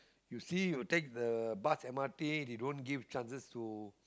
you see you take the bus m_r_t they don't give chances to